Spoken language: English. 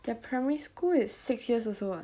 their primary school is six years also what